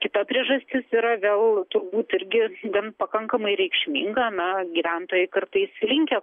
kita priežastis yra vėl turbūt irgi gan pakankamai reikšminga na gyventojai kartais linkę